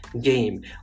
game